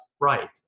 right